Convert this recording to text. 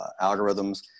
algorithms